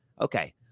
okay